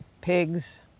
pigs